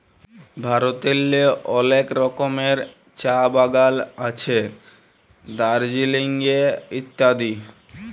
ভারতেল্লে অলেক রকমের চাঁ বাগাল আছে দার্জিলিংয়ে ইত্যাদি